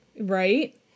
Right